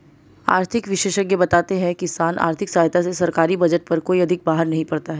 आर्थिक विशेषज्ञ बताते हैं किसान आर्थिक सहायता से सरकारी बजट पर कोई अधिक बाहर नहीं पड़ता है